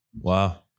Wow